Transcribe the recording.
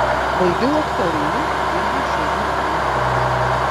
baigiau aktorinį dirbau šiaulių dramos teatre